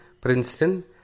Princeton